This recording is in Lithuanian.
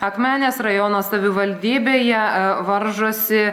akmenės rajono savivaldybėje varžosi